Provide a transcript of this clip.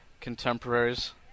contemporaries